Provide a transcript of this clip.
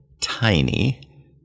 tiny